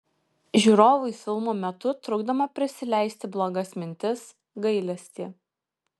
žiūrovui filmo metu trukdoma prisileisti blogas mintis gailestį